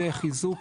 וחיזוק